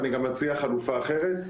אני גם מציע חלופה אחרת,